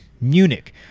Munich